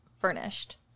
furnished